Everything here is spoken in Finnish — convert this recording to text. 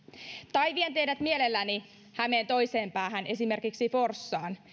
tai vien teidät mielelläni hämeen toiseen päähän esimerkiksi forssaan